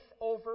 over